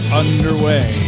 underway